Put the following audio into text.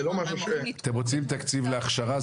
אתם רוצים תקציב להכשרה,